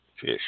fish